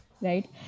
right